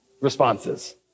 responses